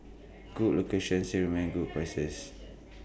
good locations still maintain good prices